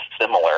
similar